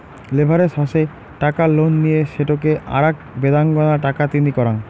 leverage হসে টাকা লোনে নিয়ে সেটোকে আরাক বেদাঙ্গনা টাকা তিনি করাঙ